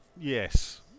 Yes